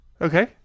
Okay